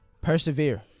persevere